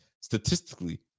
statistically